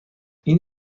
این